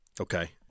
Okay